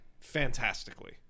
fantastically